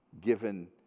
given